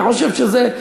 אני חושב שזה,